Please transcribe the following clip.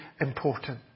important